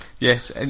yes